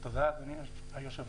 תודה, אדוני היושב-ראש.